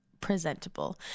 presentable